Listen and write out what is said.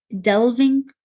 delving